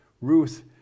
Ruth